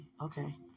Okay